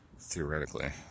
theoretically